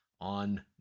on